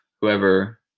whoever